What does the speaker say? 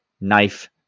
knife